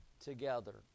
together